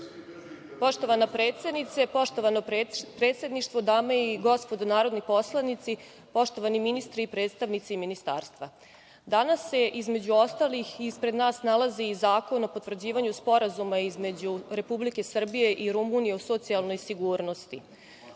Poštovana predsednice, poštovano predsedništvo, dame i gospodo narodni poslanici, poštovani ministri i predstavnici ministarstva, danas se, između ostalih, ispred nas nalazi i Zakon o potvrđivanju Sporazuma između Republike Srbije i Rumunije o socijalnoj sigurnosti.